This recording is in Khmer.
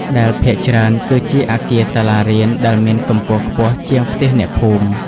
ដែលភាគច្រើនគឺជាអគារសាលារៀនដែលមានកម្ពស់ខ្ពស់ជាងផ្ទះអ្នកភូមិ។